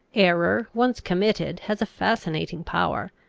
error, once committed, has a fascinating power,